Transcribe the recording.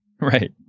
Right